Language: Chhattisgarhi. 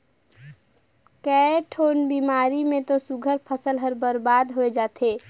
कयोठन बेमारी मे तो सुग्घर फसल हर बरबाद होय जाथे